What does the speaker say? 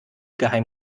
geheim